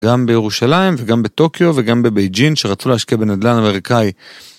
גם בירושלים וגם בטוקיו וגם בבייג'ין שרצו להשקיע בנדלן אמריקאי.